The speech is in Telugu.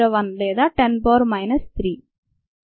001 లేదా 10 పవర్ మైనస్ 3